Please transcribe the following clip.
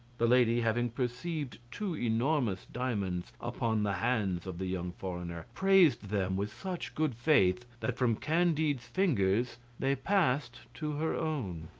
the lady having perceived two enormous diamonds upon the hands of the young foreigner praised them with such good faith that from candide's fingers they passed to her own.